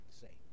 say